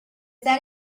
that